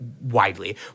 widely